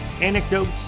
anecdotes